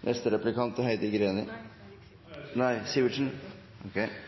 en forskrift er nødvendig eller ikke. Vi mener at